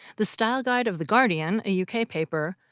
the style guide of the guardian, a yeah uk paper,